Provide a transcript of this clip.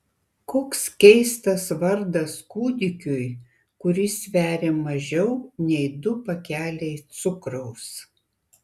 koks keistas vardas kūdikiui kuris sveria mažiau nei du pakeliai cukraus